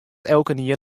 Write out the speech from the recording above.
elkenien